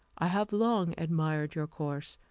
i have long admired your course,